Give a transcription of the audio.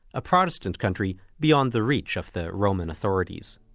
a protestant country beyond the reach of the roman authorities.